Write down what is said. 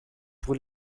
pour